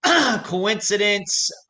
coincidence